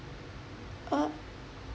uh